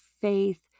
faith